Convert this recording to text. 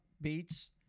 beats